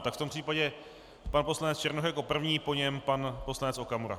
V tom případě pan poslanec Černoch jako první, po něm pan poslanec Okamura.